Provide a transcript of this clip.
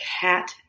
cat